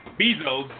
Bezos